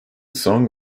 song